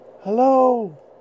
Hello